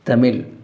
Tamil